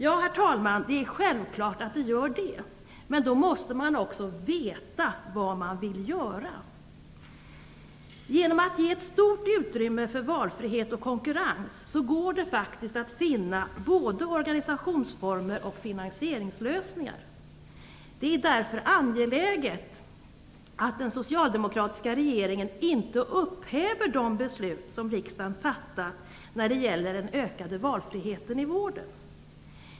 Ja, herr talman, självklart går det, men då måste man också veta vad man vill göra. Genom att ge stort utrymme för valfrihet och konkurrens kan man faktiskt finna både organisationsformer och finansieringslösningar. Det är därför angeläget att den socialdemokratiska regeringen inte upphäver de beslut som riksdagen fattat när det gäller den ökade valfriheten i vården.